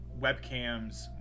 webcams